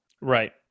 right